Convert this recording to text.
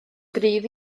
gryf